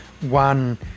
one